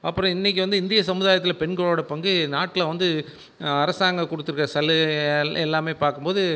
அப்புறம் இன்றைக்கு வந்து இந்திய சமுதாயத்தில் பெண்களோடய பங்கு நாட்டில் வந்து அரசாங்கம் கொடுத்துருக்க சலுகை எல்லாமே பார்க்கும்போது